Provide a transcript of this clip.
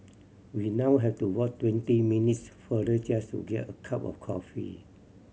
we now have to walk twenty minutes farther just to get a cup of coffee